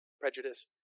prejudice